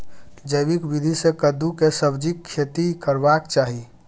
जैविक विधी से कद्दु के सब्जीक खेती करबाक चाही?